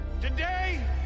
Today